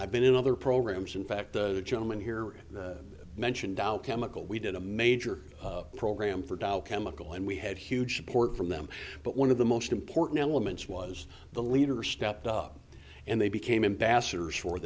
i've been in other programs in fact the gentleman here mentioned dow chemical we did a major program for dow chemical and we had huge support from them but one of the most important elements was the leader stepped up and they became ambassadors for